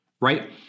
Right